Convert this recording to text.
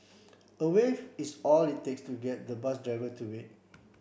a wave is all it takes to get the bus driver to wait